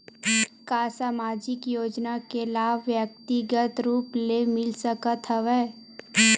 का सामाजिक योजना के लाभ व्यक्तिगत रूप ले मिल सकत हवय?